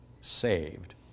saved